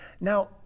Now